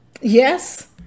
Yes